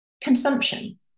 consumption